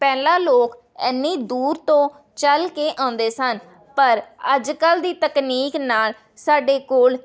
ਪਹਿਲਾਂ ਲੋਕ ਇੰਨੀ ਦੂਰ ਤੋਂ ਚੱਲ ਕੇ ਆਉਂਦੇ ਸਨ ਪਰ ਅੱਜ ਕੱਲ੍ਹ ਦੀ ਤਕਨੀਕ ਨਾਲ ਸਾਡੇ ਕੋਲ